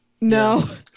no